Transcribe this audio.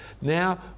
Now